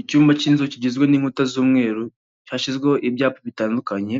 Icyumba cy'inzu kigizwe n'inkuta z'umweru hashyizweho ibyapa bitandukanye